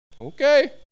okay